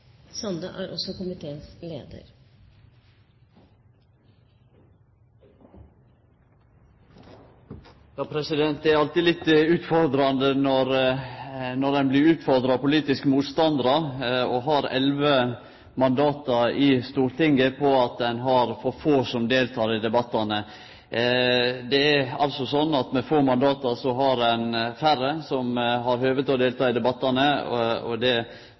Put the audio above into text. Det er alltid litt utfordrande når ein har elleve mandat i Stortinget og blir utfordra av politiske motstandarar på at ein har for få som deltek i debattane. Det er slik at med få mandat har ein færre som har høve til å delta i debattane, og det